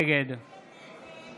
נגד